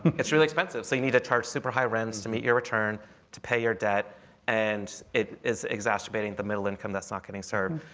it's really expensive. so you need to charge super high rents to meet your return to pay your debt and it is exacerbating the middle income that's not getting served.